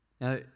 Now